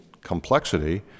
complexity